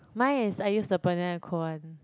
mine is I use the Banila and co [one]